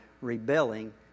rebelling